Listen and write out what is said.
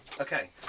Okay